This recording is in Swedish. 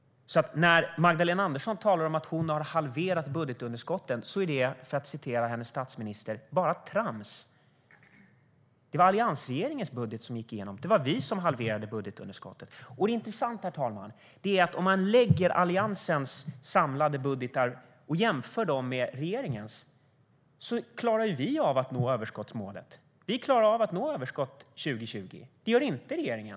När Magdalena Andersson talar om att hon har halverat budgetunderskotten är det, för att citera hennes statsminister, bara trams. Det var alliansregeringens budget som gick igenom. Det var vi som halverade budgetunderskottet. Herr talman! Det är intressant att lägga samman Alliansens samlade budgetar och jämföra dem med regeringens. Då ser man att vi klarar av att nå överskottsmålet. Vi klarar att nå överskott 2020. Det gör inte regeringen.